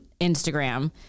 Instagram